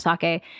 sake